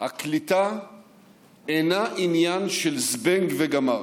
העלייה אינה עניין של "זבנג וגמרנו".